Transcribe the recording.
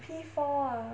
P four ah